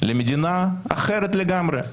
למדינה אחרת לגמרי.